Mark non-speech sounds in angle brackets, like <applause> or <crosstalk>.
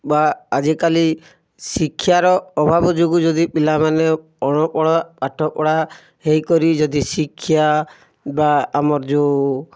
ବା ଆଜିକାଲି ଶିକ୍ଷାର ଅଭାବ ଯୋଗୁଁ ଯଦି ପିଲାମାନେ <unintelligible> ପାଠପଢ଼ା ହୋଇକରି ଯଦି ଶିକ୍ଷା ବା ଆମର ଯେଉଁ